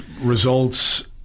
results